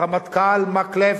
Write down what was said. הרמטכ"ל מקלף,